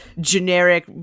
generic